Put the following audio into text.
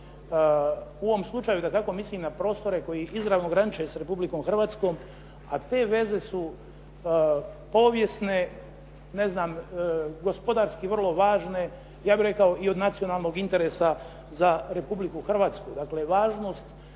U ovom slučaju dakako mislim na prostore koji izravno graniče s Republikom Hrvatskom, a te veze su povijesne, gospodarski vrlo važne, ja bih rekao i od nacionalnog interesa za Republiku Hrvatsku.